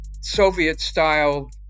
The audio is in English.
Soviet-style